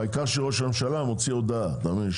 העיקר שראש הממשלה מוציא הודעה, אתה מבין?